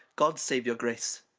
god save your grace.